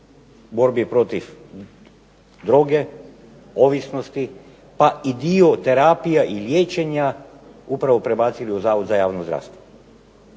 borbi protiv droge, ovisnosti, pa i dio terapija i liječenja upravo prebacili u Zavod za javno zdravstvo.